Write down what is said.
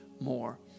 more